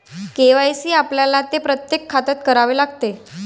KYC आपल्याला ते प्रत्येक खात्यात करावे लागते